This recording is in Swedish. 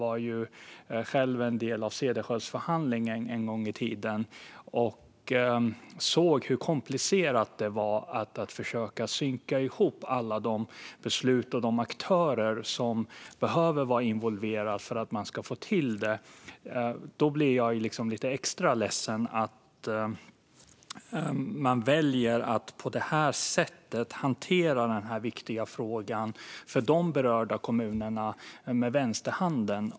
Jag var själv en del av Cederschiöldsförhandlingen en gång i tiden och såg hur komplicerat det var att försöka synka ihop alla de beslut och de aktörer som behöver vara involverade för att man ska få till det. Därför blir jag lite extra ledsen över att man väljer att på det här sättet hantera denna fråga, som är viktig för de berörda kommunerna, med vänsterhanden.